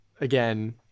again